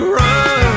run